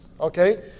Okay